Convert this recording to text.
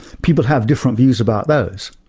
people have different views about those.